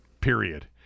period